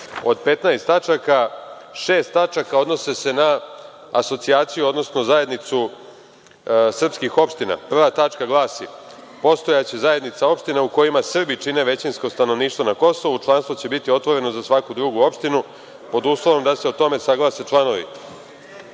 od 15 tačaka, šest tačaka, odnose se na asocijaciju, odnosno zajednicu srpskih opština. Prva tačka glasi – Postojaće Zajednica opština u kojima Srbi čine većinsko stanovništvo na Kosovu, članstvo će biti otvoreno za svaku drugu opštinu pod uslovom da se o tome saglase članovi. Što